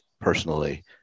personally